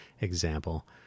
example